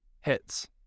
hits